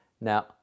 Now